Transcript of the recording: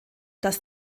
dass